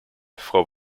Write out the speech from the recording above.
frau